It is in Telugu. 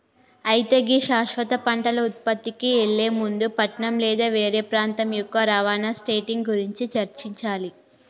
అయితే గీ శాశ్వత పంటల ఉత్పత్తికి ఎళ్లే ముందు పట్నం లేదా వేరే ప్రాంతం యొక్క రవాణా సెట్టింగ్ గురించి చర్చించాలి